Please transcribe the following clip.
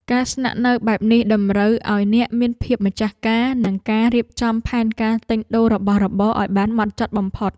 ការស្នាក់នៅបែបនេះតម្រូវឱ្យអ្នកមានភាពម្ចាស់ការនិងការរៀបចំផែនការទិញដូររបស់របរឱ្យបានម៉ត់ចត់បំផុត។